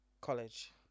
college